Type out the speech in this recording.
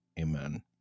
Amen